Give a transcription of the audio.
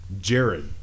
Jared